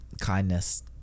kindness